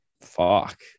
fuck